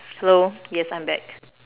hello yes I'm back